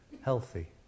healthy